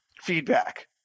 feedback